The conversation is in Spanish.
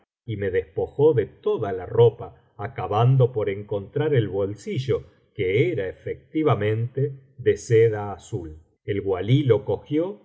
y me despojó de tocia la ropa acabando por encontrar el bolsillo que era efectivamente de seda azul el walí lo cogió